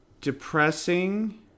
Depressing